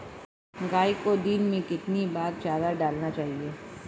गाय को दिन में कितनी बार चारा डालना चाहिए?